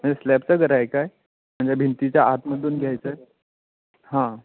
म्हणजे स्लेबचं घर आहे काय म्हणजे भिंतीच्या आतमधून घ्यायचं आहे हां